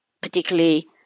particularly